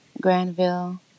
Granville